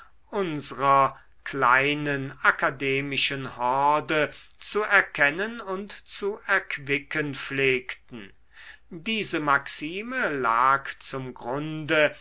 unserer kleinen akademischen horde zu erkennen und zu erquicken pflegten diese maxime lag zum grunde